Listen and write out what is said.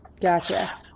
Gotcha